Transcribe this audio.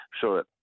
sure